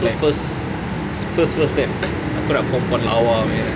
so first first first kan aku nak perempuan lawa punya